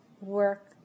work